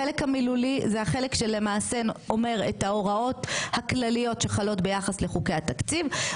חלק מהמסתייגים מבקשים להפחית את תקציב משרד הבריאות,